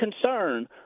concern